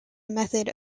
method